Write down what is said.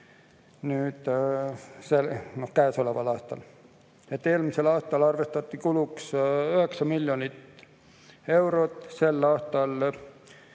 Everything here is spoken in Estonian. käesoleval aastal. Eelmisel aastal arvestati kuluks 9 miljonit eurot, sel aastal